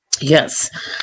Yes